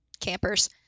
campers